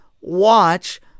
Watch